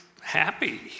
happy